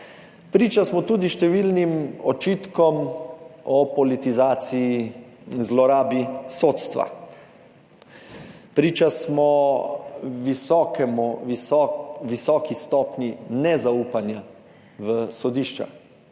Priča smo tudi številnim očitkom o politizaciji in zlorabi sodstva. Priča smo visoki stopnji nezaupanja v sodišča.